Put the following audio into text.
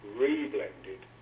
re-blended